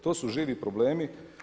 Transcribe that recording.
To su živi problemi.